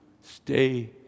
stay